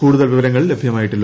കൂടുതൽ വിവരങ്ങൾ ലഭ്യമായിട്ടില്ല